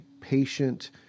patient